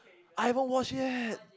I haven't watch yet